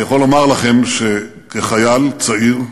אני יכול לומר לכם שכחייל צעיר,